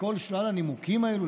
מכל שלל הנימוקים האלה,